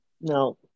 No